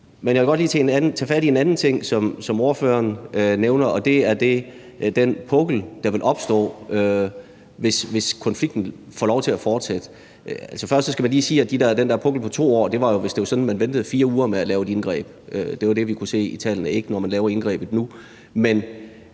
jeg vil godt lige tage fat i en anden ting, som ordføreren nævner, og det er den pukkel, der vil opstå, hvis konflikten får lov til at fortsætte. Altså, først skal jeg lige sige, at den der pukkel på 2 år jo var, hvis man ventede 4 uger med at lave et indgreb – det var det, vi kunne se i tallene – og ikke, når man laver indgrebet nu. Men